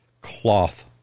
cloth